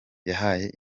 yahaye